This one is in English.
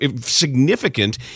significant